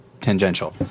tangential